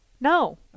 No